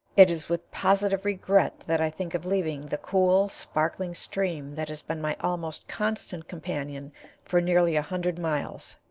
it is with positive regret that i think of leaving the cool, sparkling stream that has been my almost constant companion for nearly a hundred miles.